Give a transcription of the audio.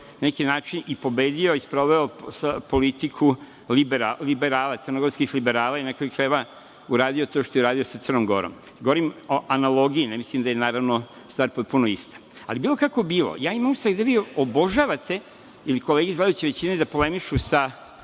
neki način i pobedio i sproveo politiku crnogorskih liberala. Na kraju krajeva i uradio to što je uradio sa Crnom Gorom. Govorim a analogiji, ne mislim da je stvar potpuno ista. Bilo kako bilo, imam utisak da vi obožavate ili kolege iz vladajuće većine da polemišu sa